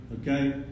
okay